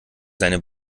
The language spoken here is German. seine